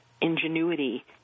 ingenuity